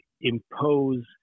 impose